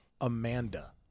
Amanda